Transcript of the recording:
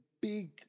big